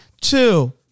two